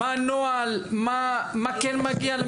מה הנוהל, מה כן מגיע.